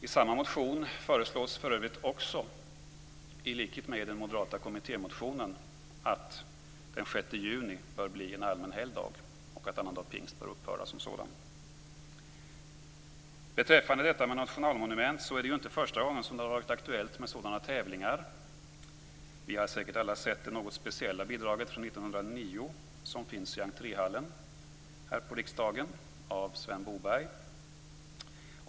I samma motion föreslås för övrigt också, i likhet med i den moderata kommittémotionen, att den 6 juni bör bli en allmän helgdag och att annandag pingst bör upphöra som sådan. Det är inte första gången det har varit aktuellt med tävlingar kring nationalmonument. Vi har säkert alla sett Sven Bobergs något speciella bidrag från 1909, som finns i entréhallen här i riksdagen.